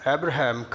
Abraham